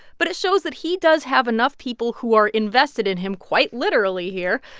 but it shows that he does have enough people who are invested in him quite literally here.